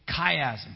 chiasm